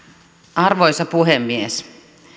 arvoisa puhemies